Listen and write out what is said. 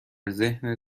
ذهن